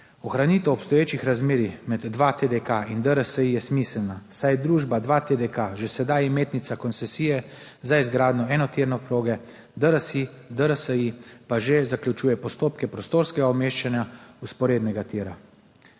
Ohranitev obstoječih razmerij med 2TDK in DRSI je smiselna, saj je družba 2TDK že sedaj imetnica koncesije za izgradnjo enotirne proge, DRSI pa že zaključuje postopke prostorskega umeščanja vzporednega tira.